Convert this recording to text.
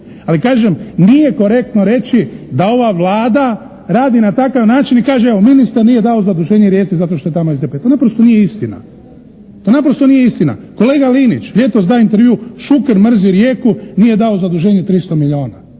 Ali kažem, nije korektno reći da ova Vlada radi na takav način i kaže evo, ministar nije dao zaduženje Rijeci zato što je tamo SDP, to naprosto nije istina. To naprosto nije istina. Kolega Linić, ljetos daje intervju, Šuker mrzi Rijeku, nije dao zaduženje 300 milijuna.